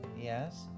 Yes